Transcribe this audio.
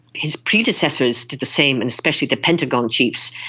his predecessors did the same and especially the pentagon chiefs.